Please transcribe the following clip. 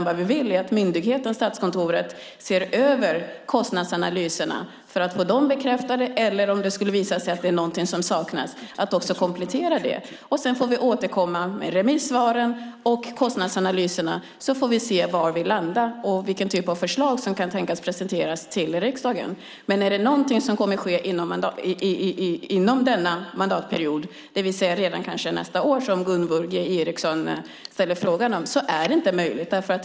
Vi vill att myndigheten Statskontoret ser över kostnadsanalyserna för att få dem bekräftade eller komplettera om det visar sig att något saknas. Sedan får vi återkomma med remissvaren och kostnadsanalyserna. Då får vi se var vi landar och vilken typ av förslag som kan tänkas presenteras för riksdagen. Gunvor G Ericson frågar om det kommer att ske inom denna mandatperiod, det vill säga redan nästa år. Det är inte möjligt.